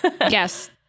Yes